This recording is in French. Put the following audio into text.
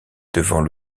devant